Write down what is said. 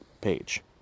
page